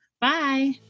Bye